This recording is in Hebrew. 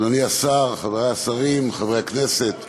אדוני השר, חברי השרים, חברי הכנסת,